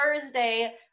Thursday